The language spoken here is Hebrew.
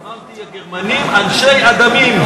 אמרתי: הגרמנים, אנשי הדמים.